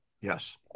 Yes